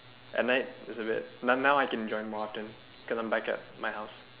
at night just a bit now now I can join more often cause i'm back at my house